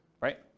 right